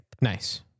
Nice